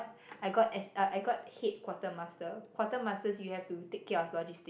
I got ass~ uh I got head quartermaster quartermasters you have to take care of logistics